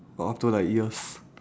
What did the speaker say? uh after like years